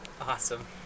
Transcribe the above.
Awesome